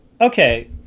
Okay